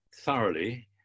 thoroughly